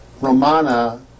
Romana